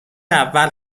اول